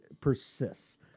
persists